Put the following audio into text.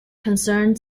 concerned